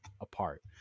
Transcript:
apart